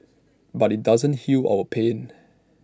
but IT doesn't heal our pain